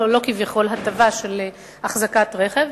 כביכול, או לא כביכול, הטבה של אחזקת רכב.